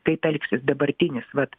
kaip elgsis dabartinis vat